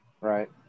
right